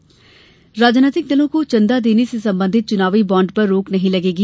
चुनावी बॉण्ड राजनीतिक दलों को चंदा देने से संबंधित चुनावी बॉन्ड पर रोक नहीं लगेगी